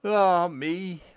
ah me,